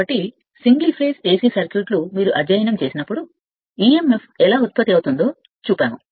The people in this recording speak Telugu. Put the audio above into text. కాబట్టి సింగిల్ ఫేజ్ ఎసి సర్క్యూట్లు మీరు అధ్యయనం చేసినప్పుడు emf ఎలా ఉత్పత్తి అవుతుందో చూపాము